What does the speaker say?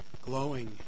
glowing